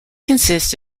consists